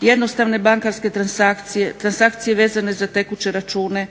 jednostavne bankarske transakcije, transakcije vezane za tekuće račune,